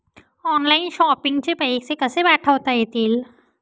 Online shopping चे पैसे कसे पाठवता येतील?